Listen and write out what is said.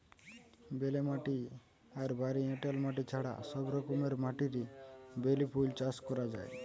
বেলে মাটি আর ভারী এঁটেল মাটি ছাড়া সব রকমের মাটিরে বেলি ফুল চাষ করা যায়